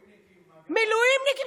מילואימניקים.